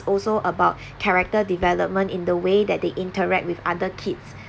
also about character development in the way that they interact with other kids